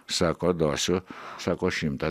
sako duosiu sako šimtą